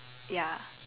ya